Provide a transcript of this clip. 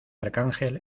arcángel